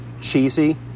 cheesy